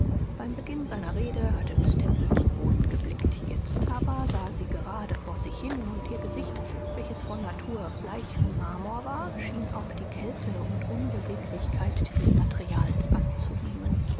beim beginn seiner rede hatte miß temple zu boden geblickt jetzt aber sah sie gerade vor sich hin und ihr gesicht welches von natur bleich wie marmor war schien auch die kälte und unbeweglichkeit dieses materials anzunehmen